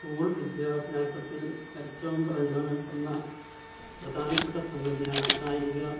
school വിദ്യാഭ്യാസത്തിൽ ഏറ്റവും പ്രധാനപ്പെടുന്ന പ്രധാനപ്പെട്ട സംഗതിയാണ് കായിക